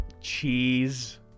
Cheese